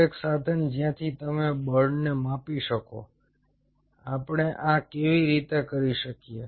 તો એક સાધન જ્યાંથી તમે બળને માપી શકો આપણે આ કેવી રીતે કરી શકીએ